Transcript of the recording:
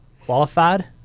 qualified